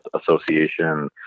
association